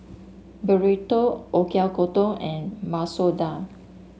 Burrito Oyakodon and Masoor Dal